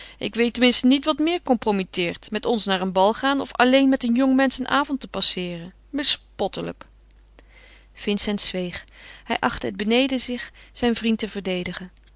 ik weet ten minste niet wat meer compromitteert met ons naar een bal te gaan of alleen met een jong mensch een avond te passeeren bespottelijk vincent zweeg hij achtte het beneden zich zijn vriend te verdedigen